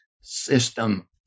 system